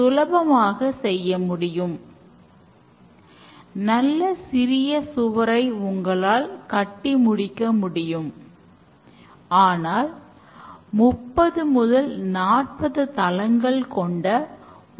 மேலும் code மதிப்பீடு டெஸ்டிங்கில் கண்டுபிடிக்க முடியாத தவறுகளை கூட கண்டுபிடிக்கும்